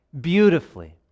beautifully